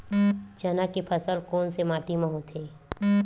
चना के फसल कोन से माटी मा होथे?